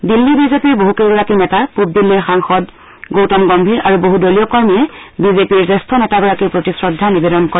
দিল্লী বিজেপিৰ বহুকেইগৰাকী নেতা পূব দিল্লীৰ সাংসদ গৌতম গগ্তীৰ আৰু বহু দলীয় কৰ্মীয়ে বিজেপিৰ জ্যেষ্ঠ নেতাগৰাকীৰ প্ৰতি শ্ৰদ্ধা নিবেদন কৰে